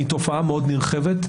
היא תופעה מאוד נרחבת.